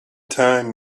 time